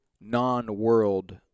non-world